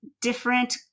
different